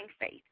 faith